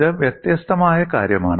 ഇത് വ്യത്യസ്തമായ കാര്യമാണ്